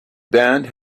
band